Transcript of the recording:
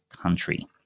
country